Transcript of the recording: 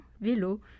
vélo